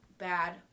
bad